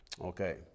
Okay